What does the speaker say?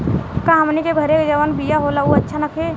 का हमनी के घरे जवन बिया होला उ अच्छा नईखे?